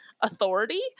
authority